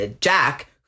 Jack